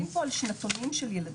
אנחנו מסתכלים פה על שנתונים של ילדים,